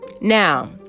Now